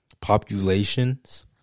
populations